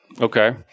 Okay